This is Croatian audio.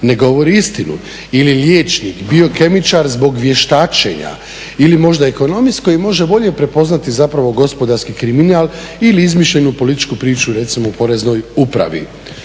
ne govori istinu ili liječnik, biokemičar zbog vještačenja ili možda ekonomist koji može bolje prepoznati zapravo gospodarski kriminal ili izmišljenu političku priču recimo u poreznoj upravi.